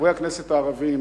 חברי הכנסת הערבים,